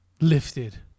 lifted